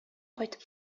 кайтып